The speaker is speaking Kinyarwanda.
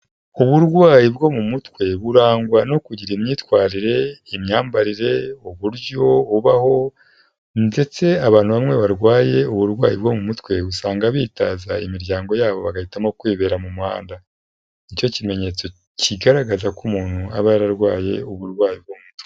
Uburwayi bwo mu mutwe burangwa no kugira imyitwarire, imyambarire, uburyo ubaho, ndetse abantu bamwe barwaye uburwayi bwo mu mutwe usanga bitaza imiryango yabo bagahitamo kwibera mu muhanda, ni cyo kimenyetso kigaragaza ko umuntu aba yararwaye uburwayi bwo mu mutwe.